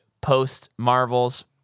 post-Marvels